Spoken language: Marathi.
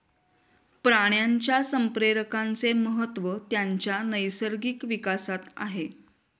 प्राण्यांच्या संप्रेरकांचे महत्त्व त्यांच्या नैसर्गिक विकासात आहे